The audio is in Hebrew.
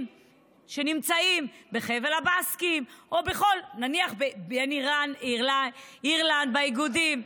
שנמצאים בחבל הבאסקים או נניח באירלנד באיגודים.